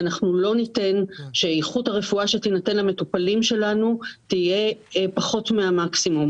ולא ניתן שאיכות הרפואה שתינתן למטופלים שלנו תהיה פחות מהמקסימום.